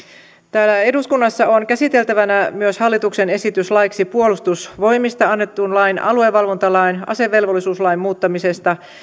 täällä eduskunnassa on käsiteltävänä myös hallituksen esitys laeiksi puolustusvoimista annetun lain aluevalvontalain ja asevelvollisuuslain muuttamisesta